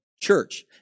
church